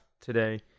today